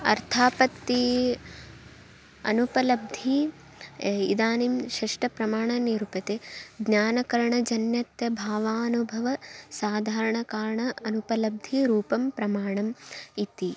अर्थापत्ति अनुपलब्धि इदानीं शष्टप्रमाणानि निरूप्यन्ते ज्ञानकरणजन्यत्त भावानुभव साधारण कारण अनुपलब्धिरूपं प्रमाणम् इति